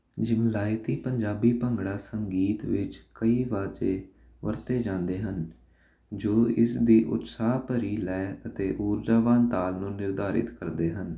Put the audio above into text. ਜੀ ਮਿਲਾਈਤੀ ਪੰਜਾਬੀ ਭੰਗੜਾ ਸੰਗੀਤ ਵਿੱਚ ਕਈ ਵਾਜੇ ਵਰਤੇ ਜਾਂਦੇ ਹਨ ਜੋ ਇਸ ਦੀ ਉਤਸਾਹ ਭਰੀ ਲੈਅ ਅਤੇ ਊਰਜਾਵਾਨ ਤਾਲ ਨੂੰ ਨਿਰਧਾਰਿਤ ਕਰਦੇ ਹਨ